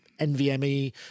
NVMe